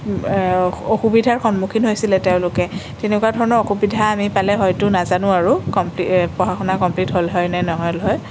অ অসুবিধাৰ সন্মুখীন হৈছিলে তেওঁলোকে তেনেকুৱাধৰণৰ অসুবিধা আমি পালে হয়তো নাজানো আৰু কমপি পঢ়া শুনা কমপ্লিট হ'ল হয় নে নহ'ল হয়